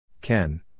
Ken